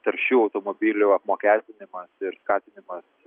taršių automobilių apmokestinimas ir skatinimas